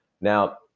Now